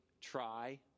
try